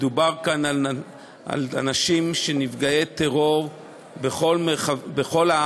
מדובר כאן על אנשים שהם נפגעי טרור בכל הארץ,